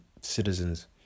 citizens